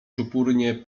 czupurnie